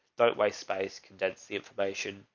don't waste space. condense the information.